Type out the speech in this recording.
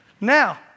Now